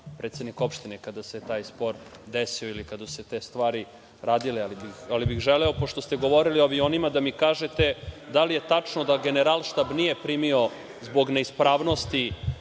predsednik Opštine, kada se taj spor desio ili kada su se te stvari radile, ali bih želeo, pošto ste govorili o avionima, da mi kažete da li je tačno da Generalštab nije primio zbog ne ispravnosti